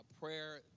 prayer